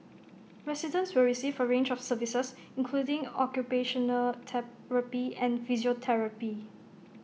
residents will receive A range of services including occupational therapy and physiotherapy